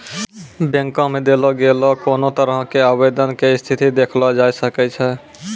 बैंको मे देलो गेलो कोनो तरहो के आवेदन के स्थिति देखलो जाय सकै छै